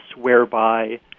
whereby